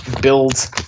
build –